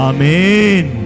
Amen